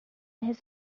his